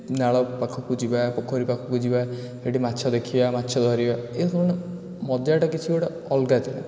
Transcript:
ନାଳ ପାଖକୁ ଯିବା ପୋଖରୀ ପାଖକୁ ଯିବା ସେଇଠି ମାଛ ଦେଖିବା ମାଛ ଧରିବା ଏ ସମୟର ମଜାଟା କିଛି ଗୋଟେ ଅଲଗା ଥିଲା